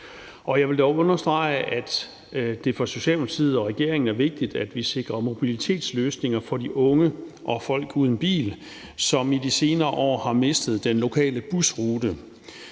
Jeg vil dog understrege, at det for Socialdemokratiet og regeringen er vigtigt, at vi sikrer mobilitetsløsninger for de unge og folk uden bil, som i de senere år har mistet den lokale busrute.